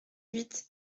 huit